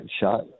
shot